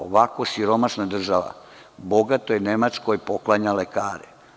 Ovako siromašna država bogatoj Nemačkoj poklanja lekare.